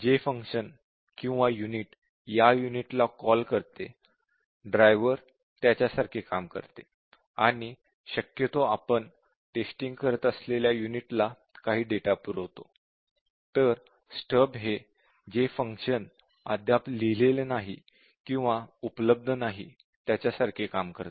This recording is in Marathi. जे फंक्शन किंवा युनिट या युनिटला कॉल करते ड्रायव्हर त्याच्यासारखे काम करते आणि शक्यतो आपण टेस्टिंग करत असलेल्या युनिटला काही डेटा पुरवते तर स्टब हे जे फंक्शन अद्याप लिहिलेले नाही किंवा उपलब्ध नाही त्याच्यासारखे काम करते